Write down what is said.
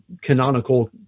canonical